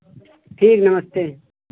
ठीक नमस्ते